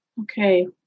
Okay